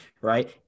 right